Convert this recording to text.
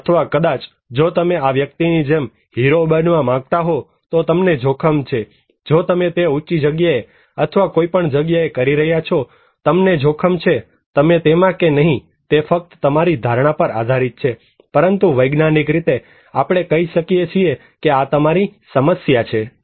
અથવા કદાચ જો તમે આ વ્યક્તિની જેમ હીરો બનવા માગતા હો તો તમને જોખમ છે જો તમે તે ઉંચી જગ્યાએ અથવા કોઈપણ જગ્યાએ કરી રહ્યા છો તમને જોખમ છે તમે તેમાં કે નહીં તે ફક્ત તમારી ધારણાઓ પર આધારિત છે પરંતુ વૈજ્ઞાનિક રીતે આપણે કહી શકીએ છીએ કે આ તમારી સમસ્યા છે